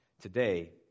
Today